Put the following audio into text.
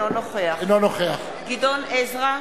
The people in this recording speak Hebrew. אינו נוכח גדעון עזרא,